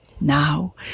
now